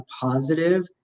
positive